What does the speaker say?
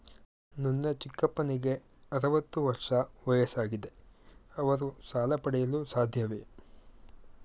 ನನ್ನ ಚಿಕ್ಕಪ್ಪನಿಗೆ ಅರವತ್ತು ವರ್ಷ ವಯಸ್ಸಾಗಿದೆ ಅವರು ಸಾಲ ಪಡೆಯಲು ಸಾಧ್ಯವೇ?